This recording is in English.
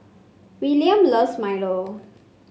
Willaim loves Milo